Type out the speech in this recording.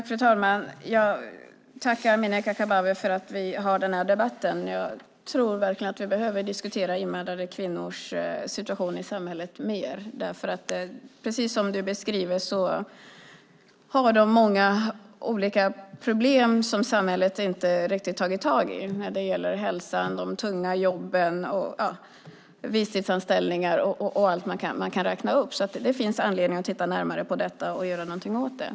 Fru talman! Jag tackar Amineh Kakabaveh för att vi har den här debatten. Jag tror verkligen att vi behöver diskutera invandrade kvinnors situation i samhället mer. Precis som Amineh Kakabaveh beskriver har de många olika problem som samhället inte riktigt har tagit tag i - det gäller hälsan, tunga jobb, visstidsanställningar och mycket annat. Det finns anledning att titta närmare på detta och göra något åt det.